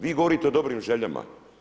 Vi govorite o dobrim željama.